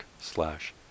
slash